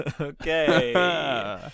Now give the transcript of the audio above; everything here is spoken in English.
Okay